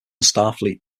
starfleet